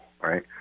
right